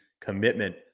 commitment